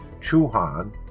Chuhan